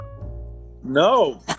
No